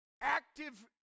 active